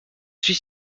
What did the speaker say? suis